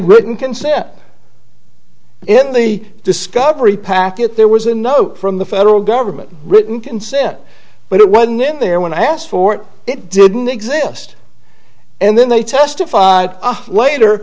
written can step in the discovery packet there was a note from the federal government written consent but it wasn't in there when i asked for it didn't exist and then they testified later